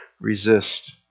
resist